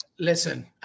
Listen